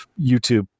YouTube